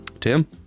Tim